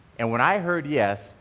and when i heard yes,